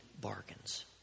bargains